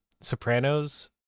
sopranos